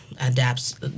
adapts